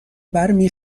برمی